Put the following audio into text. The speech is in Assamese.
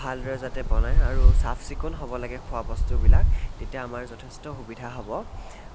ভালদৰে যাতে বনাই আৰু চাফ চিকুণ হ'ব লাগে খোৱা বস্তুবিলাক তেতিয়া আমাৰ যথেষ্ট সুবিধা হ'ব